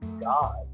God